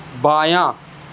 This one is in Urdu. بایاں